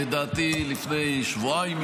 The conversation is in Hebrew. לדעתי לפני שבועיים,